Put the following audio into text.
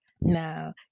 now